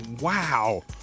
wow